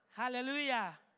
Hallelujah